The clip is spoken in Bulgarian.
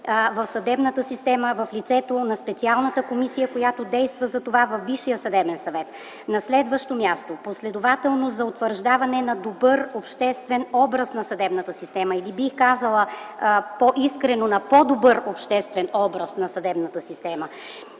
в съдебната система в лицето на специалната комисия, която действа за това във Висшия съдебен съвет. На следващо място, последователност за утвърждаване на добър обществен образ на съдебната система или, бих казала искрено, на по-добър обществен образ на съдебната система.